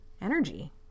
energy